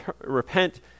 repent